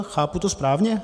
Chápu to správně?